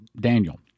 Daniel